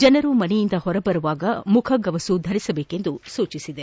ಜನರು ಮನೆಯಿಂದ ಹೊರಬರುವಾಗ ಮುಖಗವಸು ಧರಿಸಬೇಕೆಂದು ಸೂಚಿಸಿದೆ